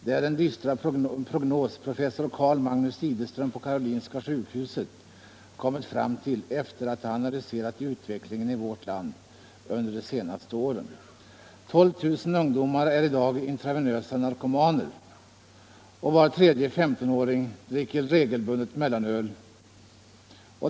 Det är den dystra prognos professor Carl-Magnus Ideström på Karolinska sjukhuset kommit fram till efter att ha analyserat utveck lingen i vårt land under de senaste åren. 12 000 ungdomar är i dag intravenösa narkomaner. Var tredje 15-åring dricker regelbundet mellanöl.